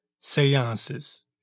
seances